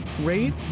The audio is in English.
rate